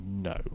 no